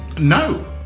No